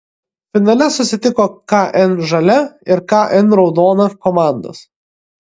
finale susitiko kn žalia ir kn raudona komandos